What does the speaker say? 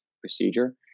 procedure